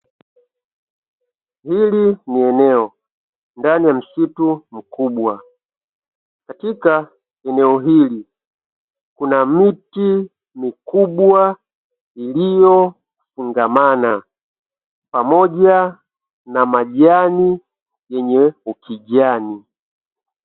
Hili ni eneo ndani ya msitu mkubwa. Katika eneo hili kuna miti mikubwa iliyofungamana pamoja na majani yenye ukijani.